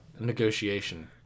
negotiation